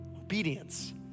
obedience